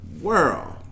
world